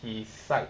his side